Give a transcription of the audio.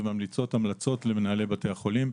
וממליצות המלצות למנהלי בתי החולים,